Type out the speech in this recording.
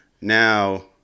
now